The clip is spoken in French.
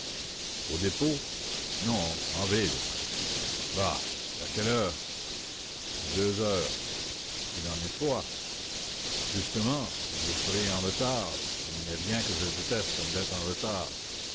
au dépôt non en ville bah et à quelle heure à deux heures il en est trois justement je serai en retard et il n'est rien que je déteste comme d'être en retard